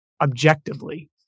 objectively